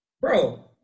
Bro